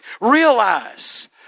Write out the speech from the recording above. realize